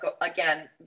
again